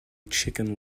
chicken